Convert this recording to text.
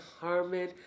Harmon